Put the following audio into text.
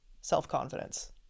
self-confidence